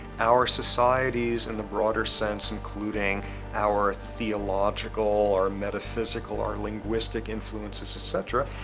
our societies, in the broader sense, including our theological, our metaphysical, our linguistic influences, etc,